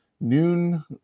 noon